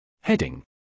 Heading